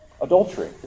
adultery